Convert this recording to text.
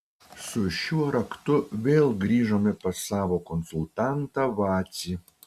su šiuo raktu vėl grįžome pas savo konsultantą vacį